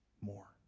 more